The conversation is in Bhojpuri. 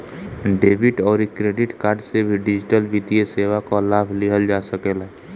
डेबिट अउरी क्रेडिट कार्ड से भी डिजिटल वित्तीय सेवा कअ लाभ लिहल जा सकेला